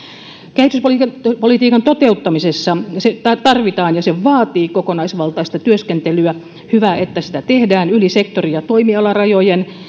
kehityspolitiikan toteuttamisessa sitä tarvitaan ja se vaatii kokonaisvaltaista työskentelyä hyvä että sitä tehdään yli sektori ja toimialarajojen